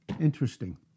Interesting